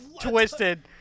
twisted